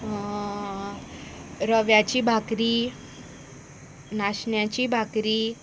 रव्याची भाकरी नाशण्याची भाकरी